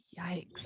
yikes